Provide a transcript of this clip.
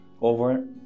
over